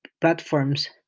platforms